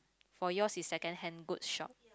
for yours is secondhand goods shop